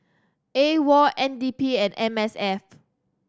AWOL N D P and M S F